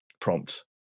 prompt